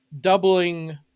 doubling